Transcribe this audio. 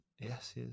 Yes